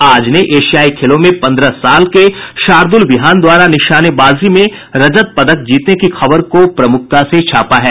आज ने एशियाई खेलों में पंद्रह साल के शार्दूल विहान द्वारा निशानेबाजी में रजत पदक जीतने की खबर को प्रमुखता से छापा है